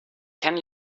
can